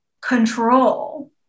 control